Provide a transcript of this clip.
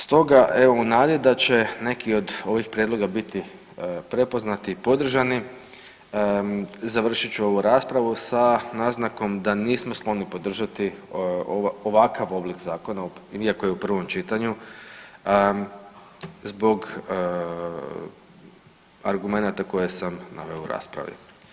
Stoga evo u nadi da će neki od ovih prijedloga biti prepoznati i podržani završit ću ovu raspravu sa naznakom da nismo skloni podržati ovakav oblik zakona iako je u prvom čitanju zbog argumenata koje sam naveo u raspravi.